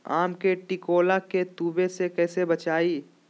आम के टिकोला के तुवे से कैसे बचाई?